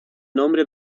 nombre